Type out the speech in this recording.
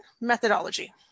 methodology